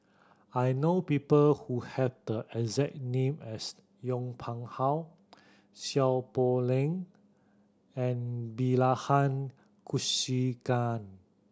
I know people who have the exact name as Yong Pung How Seow Poh Leng and Bilahari Kausikan